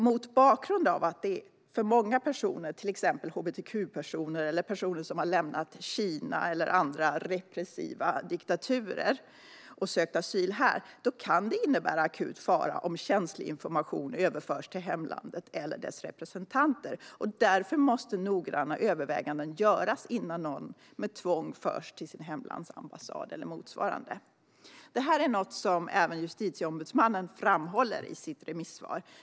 Mot bakgrund av att det för många personer, till exempel hbtq-personer eller personer som har lämnat Kina eller andra repressiva diktaturer och sökt asyl här, kan innebära akut fara om känslig information överförs till hemlandet eller dess representanter måste noggranna överväganden göras innan någon med tvång förs till sitt hemlands ambassad eller motsvarande. Detta är något som även Justitieombudsmannen framhåller i sitt remissvar.